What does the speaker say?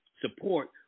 support